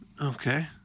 Okay